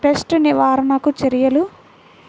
Pest నివారణకు చర్యలు?